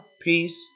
Peace